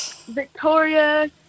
Victoria